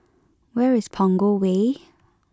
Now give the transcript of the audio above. where is Punggol Way